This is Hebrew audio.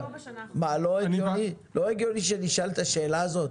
לא הגיוני שנשאל את השאלה הזאת?